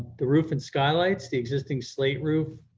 the roof and skylights, the existing slate roof